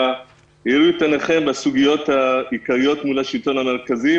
האירו את עיניכם בסוגיות העיקריות מול השלטון המרכזי.